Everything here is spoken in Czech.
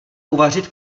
uvařit